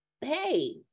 Hey